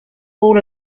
all